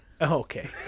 Okay